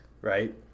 right